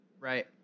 Right